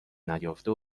نیافته